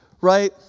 Right